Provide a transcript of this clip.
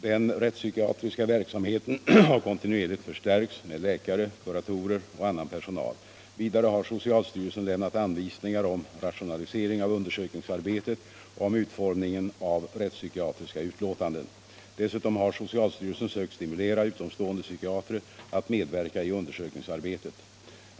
Den rättspsykiatriska verksamheten har kontinuerligt förstärkts med läkare, kuratorer och annan personal. Vidare har socialstyrelsen lämnat anvisningar om rationalisering av undersökningsarbetet och om utformningen av rättspsykiatriska utlåtanden. Dessutom har socialstyrelsen sökt stimulera utomstående psykiatrer att medverka i undersökningsarbetet.